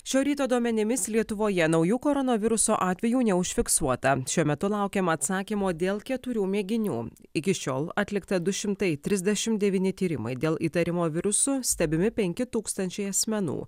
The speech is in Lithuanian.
šio ryto duomenimis lietuvoje naujų koronaviruso atvejų neužfiksuota šiuo metu laukiama atsakymo dėl keturių mėginių iki šiol atlikta du šimtai trisdešimt devyni tyrimai dėl įtarimo virusų stebimi penki tūkstančiai asmenų